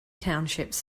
townships